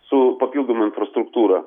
su papildoma infrastruktūra